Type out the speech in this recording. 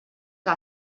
que